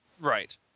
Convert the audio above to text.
Right